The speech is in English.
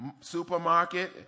supermarket